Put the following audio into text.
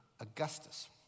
Augustus